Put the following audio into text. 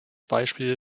beispiel